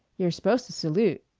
you're supposed to salute,